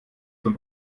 von